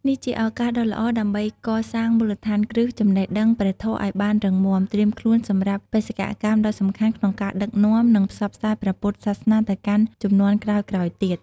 នេះជាឱកាសដ៏ល្អដើម្បីកសាងមូលដ្ឋានគ្រឹះចំណេះដឹងព្រះធម៌ឱ្យបានរឹងមាំ ត្រៀមខ្លួនសម្រាប់បេសកកម្មដ៏សំខាន់ក្នុងការដឹកនាំ និងផ្សព្វផ្សាយព្រះពុទ្ធសាសនាទៅកាន់ជំនាន់ក្រោយៗទៀត។